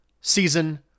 season